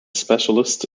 specialist